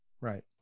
Right